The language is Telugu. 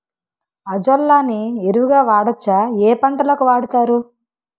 అజొల్లా ని ఎరువు గా వాడొచ్చా? ఏ పంటలకు వాడతారు?